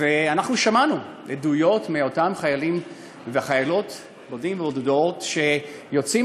ואנחנו שמענו עדויות מאותם חיילים וחיילות בודדים ובודדות שיוצאים